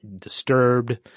disturbed